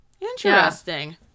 interesting